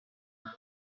par